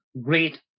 great